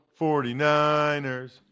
49ers